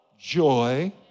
joy